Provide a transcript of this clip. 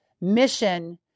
mission